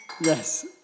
Yes